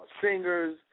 singers